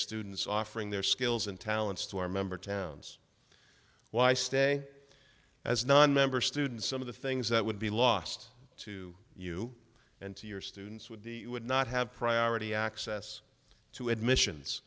students offering their skills and talents to our member towns why stay as nonmember students some of the things that would be lost to you and to your students would be would not have priority access to admissions